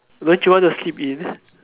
don't you want to sleep in